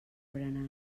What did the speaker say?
berenar